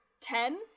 ten